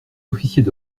officiers